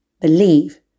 believe